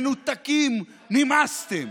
מנותקים, נמאסתם.